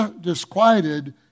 disquieted